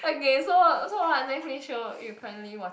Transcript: okay so what so what Netflix show you currently watching